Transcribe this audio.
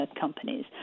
companies